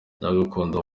ndagukunda